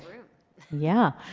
yeah